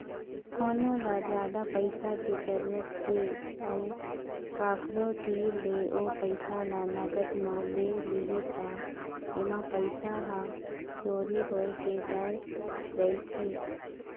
कोनो ल जादा पइसा के जरूरत हे अउ कखरो तीर ले ओ पइसा ल नगद म ले लिही त एमा पइसा ह चोरी होए के डर रहिथे